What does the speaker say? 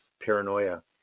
paranoia